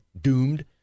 doomed